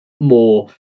more